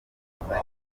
ureba